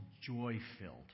joy-filled